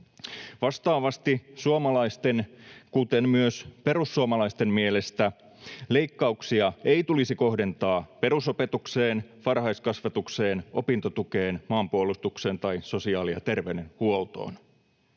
Vastaavasti suomalaisten, kuten myös perussuomalaisten, mielestä leikkauksia ei tulisi kohdentaa perusopetukseen, varhaiskasvatukseen, opintotukeen, maanpuolustukseen tai sosiaali- ja terveydenhuoltoon.